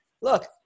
look